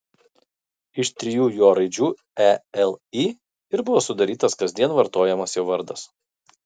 iš trijų jo raidžių e l i ir buvo sudarytas kasdien vartojamas jo vardas